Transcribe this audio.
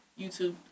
YouTube